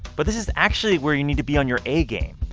but this is actually where you need to be on your a-game.